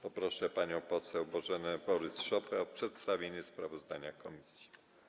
Proszę panią poseł Bożenę Borys-Szopę o przedstawienie sprawozdania komisji.